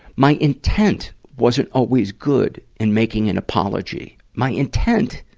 my intent wasn't always good in making an apology. my intent,